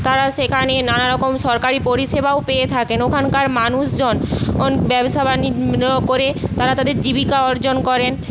তারা সেখানে নানারকম সরকারি পরিষেবাও পেয়ে থাকেন ওখানকার মানুষজন ব্যবসা বাণিজ্য করে তারা তাদের জীবিকা অর্জন করেন